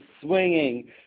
swinging